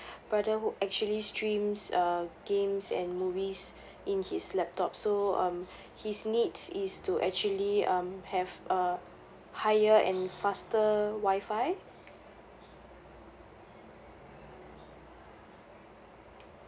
brother who actually streams uh games and movies in his laptop so um his needs is to actually um have a higher and faster wi-fi